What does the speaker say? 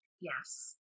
yes